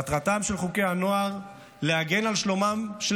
מטרתם של חוקי הנוער להגן על שלומם של